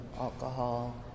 alcohol